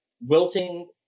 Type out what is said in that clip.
wilting